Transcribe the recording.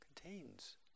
contains